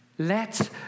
Let